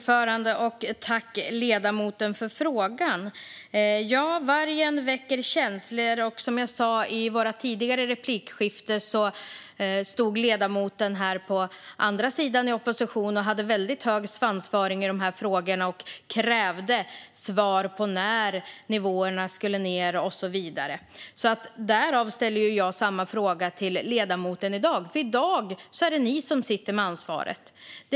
Fru talman! Ja, vargen väcker känslor. Och som jag sa i vårt tidigare replikskifte stod ledamoten här på andra sidan i opposition och hade väldigt hög svansföring i dessa frågor och krävde svar på när nivåerna skulle ned och så vidare. Därför ställer jag samma fråga till ledamoten i dag eftersom det är ni som har ansvaret i dag.